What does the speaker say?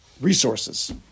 Resources